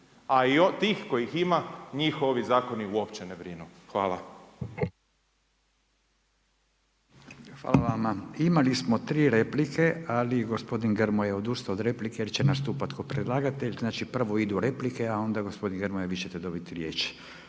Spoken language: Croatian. a i tih kojih ima njih ovi zakoni uopće ne brinu. Hvala. **Radin, Furio (Nezavisni)** Hvala vama. Imali smo 3 replike, ali gospodin Grmoja je odustao od replike, jer će nastupati kao predlagatelj. Znači, prvo idu replike, a onda gospodin Grmoja vi ćete dobiti riječ.